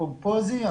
פומפוזי,